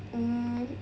mm